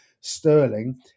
sterling